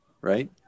Right